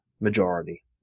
majority